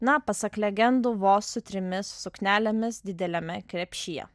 na pasak legendų vos su trimis suknelėmis dideliame krepšyje